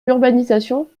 l’urbanisation